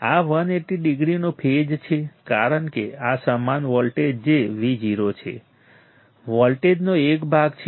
આ 180 ડિગ્રીનો ફેઝ છે કારણ કે આ સમાન વોલ્ટેજ જે Vo છે વોલ્ટેજનો એક ભાગ છે